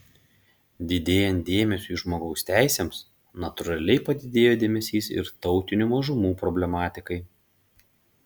didėjant dėmesiui žmogaus teisėms natūraliai padidėjo dėmesys ir tautinių mažumų problematikai